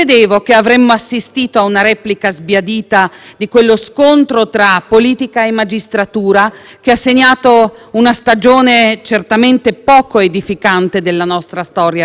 che ha segnato una stagione certamente poco edificante della nostra storia recente. Per noi, nemmeno un Ministro è al di sopra della legge. Per noi,